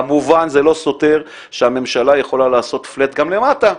כמובן זה לא סותר שהממשלה יכולה לעשות פלאט גם למטה,